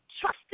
trust